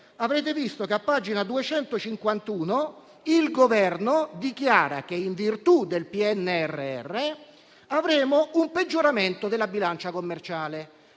avrete visto che a pagina 251 il Governo dichiara che, in virtù del PNRR, avremo un peggioramento della bilancia commerciale: